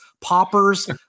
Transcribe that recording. poppers